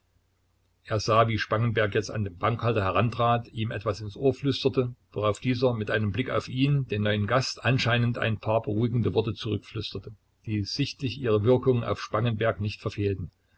er sah wie spangenberg jetzt an den bankhalter herantrat ihm etwas ins ohr flüsterte worauf dieser mit einem blick auf ihn den neuen gast anscheinend ein paar beruhigende worte zurückflüsterte die sichtlich ihre wirkung auf spangenberg nicht verfehlten